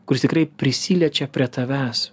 kuris tikrai prisiliečia prie tavęs